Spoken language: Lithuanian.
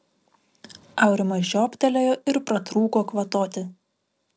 aurimas žiobtelėjo ir pratrūko kvatoti